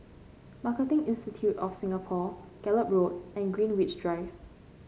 Marketing Institute of Singapore Gallop Road and Greenwich Drive